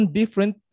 different